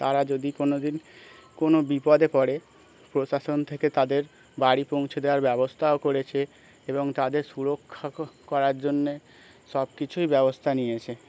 তারা যদি কোনো দিন কোনো বিপদে করেে প্রশাসন থেকে তাদের বাড়ি পৌঁছে দেওয়ার ব্যবস্থাও করেছে এবং তাদের সুরক্ষা করার জন্যে সব কিছুই ব্যবস্থা নিয়েছে